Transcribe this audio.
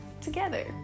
together